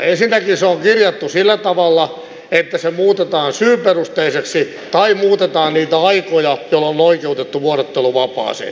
ensinnäkin se on kirjattu sillä tavalla että se muutetaan syyperusteiseksi tai muutetaan niitä aikoja jolloin on oikeutettu vuorotteluvapaaseen